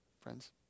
friends